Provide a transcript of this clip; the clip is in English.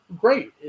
great